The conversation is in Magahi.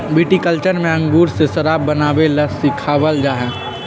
विटीकल्चर में अंगूर से शराब बनावे ला सिखावल जाहई